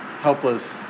helpless